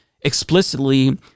explicitly